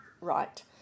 right